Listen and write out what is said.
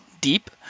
deep